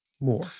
more